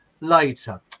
later